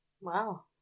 Wow